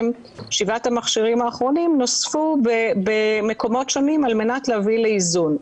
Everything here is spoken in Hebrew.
שבעת המכשירים האחרונים נוספו במקומות שונים על מנת להביא לאיזון.